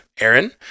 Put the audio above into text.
Aaron